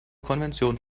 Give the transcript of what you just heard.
konvention